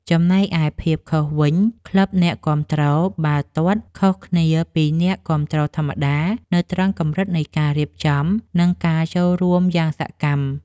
ចំណែកឯភាពខុសវិញ ក្លឹបអ្នកគាំទ្របាល់ទាត់ ខុសគ្នាពីអ្នកគាំទ្រធម្មតា នៅត្រង់កម្រិតនៃការរៀបចំ និងការចូលរួមយ៉ាងសកម្ម។